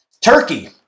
Turkey